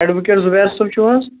advocate Zubair صٲب چُھو حظ